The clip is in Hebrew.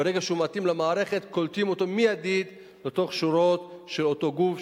וברגע שהוא מתאים למערכת קולטים אותו מיידית לתוך השורות של אותו גוף,